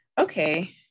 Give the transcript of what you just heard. okay